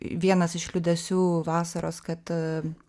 vienas iš liūdesių vasaros kad